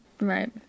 Right